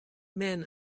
men